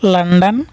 London